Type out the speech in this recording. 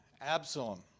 Absalom